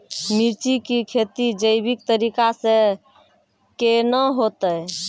मिर्ची की खेती जैविक तरीका से के ना होते?